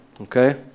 okay